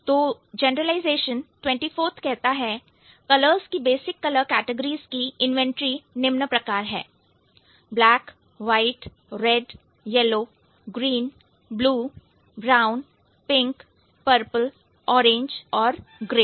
तो generalization 24th कहता है कलर्स की बेसिक कलर कैटिगरीज की इन्वेंटरी निम्न प्रकार है black white red yellow green blue brown pink purple orange और ग्रे